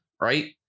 Right